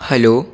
hello